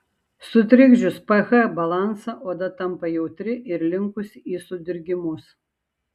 sutrikdžius ph balansą oda tampa jautri ir linkusi į sudirgimus